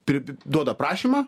priduoda prašymą